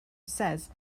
says